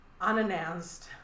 unannounced